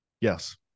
Yes